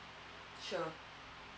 sure